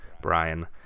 Brian